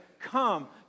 come